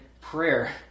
prayer